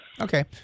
Okay